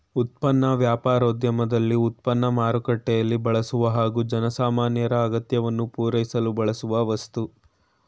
ಉತ್ಪನ್ನ ವ್ಯಾಪಾರೋದ್ಯಮದಲ್ಲಿ ಉತ್ಪನ್ನ ಮಾರುಕಟ್ಟೆಯಲ್ಲಿ ಬಳಸುವ ಹಾಗೂ ಜನಸಾಮಾನ್ಯರ ಅಗತ್ಯವನ್ನು ಪೂರೈಸಲು ಬಳಸುವ ವಸ್ತು